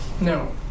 No